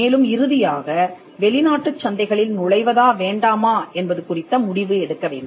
மேலும் இறுதியாக வெளிநாட்டுச் சந்தைகளில் நுழைவதா வேண்டாமா என்பது குறித்த முடிவு எடுக்க வேண்டும்